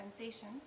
sensation